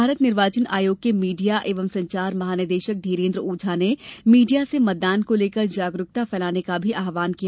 भारत निर्वाचन आयोग के मीडिया एवं संचार महानिदेशक धीरेन्द्र ओझा ने मीडिया से मतदान को लेकर जागरूकता फैलाने का भी आहवान किया